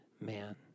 man